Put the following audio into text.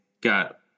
got